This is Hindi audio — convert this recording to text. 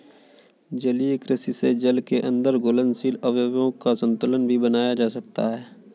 जलीय कृषि से जल के अंदर घुलनशील अवयवों का संतुलन भी बनाया जा सकता है